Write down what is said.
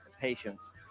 patience